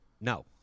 No